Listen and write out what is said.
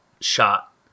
shot